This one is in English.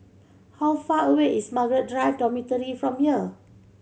how far away is Margaret Drive Dormitory from here